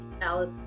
alice